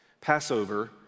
Passover